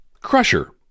Crusher